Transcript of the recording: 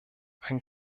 ein